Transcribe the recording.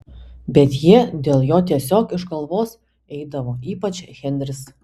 bet jie dėl jo tiesiog iš galvos eidavo ypač henris